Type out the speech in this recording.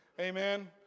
Amen